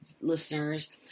listeners